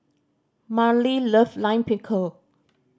Marlee love Lime Pickle